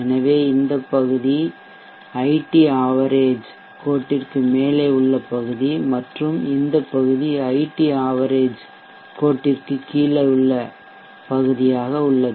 எனவே இந்த பகுதி ஐடி ஆவரேஜ் கோட்டிற்கு மேலே உள்ள பகுதி மற்றும் இந்த பகுதி ஐடி ஆவரேஜ்சராசரி கோட்டிற்கு கீழே உள்ள பகுதியாக உள்ளது